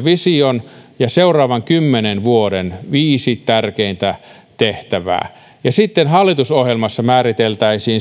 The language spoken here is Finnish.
vision ja seuraavan kymmenen vuoden viisi tärkeintä tehtävää tekisi tulevaisuusvaliokunta ja sitten hallitusohjelmassa määriteltäisiin